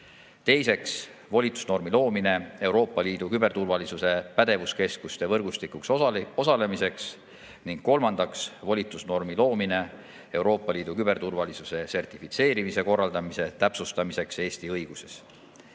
Teiseks, volitusnormi loomine Euroopa Liidu küberturvalisuse pädevuskeskuste võrgustikus osalemiseks. Kolmandaks, volitusnormi loomine Euroopa Liidu küberturvalisuse sertifitseerimise korraldamise täpsustamiseks Eesti õiguses. Esimese